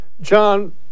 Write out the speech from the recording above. John